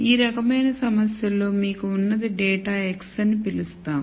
ఈ రకమైన సమస్యలో మీకు ఉన్నది డేటా x అని పిలుస్తాము